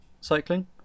cycling